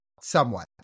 somewhat